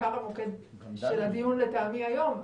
עיקר המוקד של הדיון לטעמי היום.